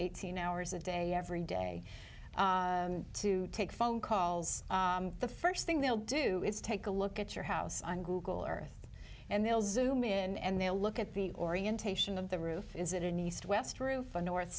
eighteen hours a day every day to take phone calls the first thing they'll do is take a look at your house on google earth and they'll zoom in and they'll look at the orientation of the roof is it an east west roof a north